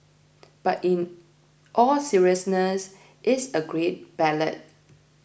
but in all seriousness it's a great ballad